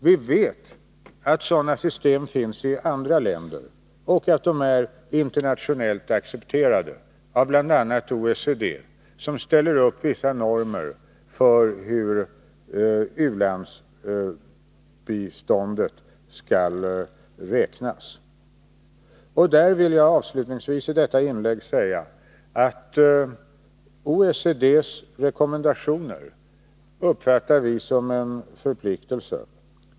Vi vet att sådana system finns i andra länder och att de är internationellt accepterade, av bl.a. OECD, som ställer upp vissa normer för hur u-landsbiståndet skall räknas. Jag vill avslutningsvis i detta inlägg säga att vi uppfattar OECD:s rekommendationer som en förpliktelse.